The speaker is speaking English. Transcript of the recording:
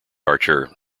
archer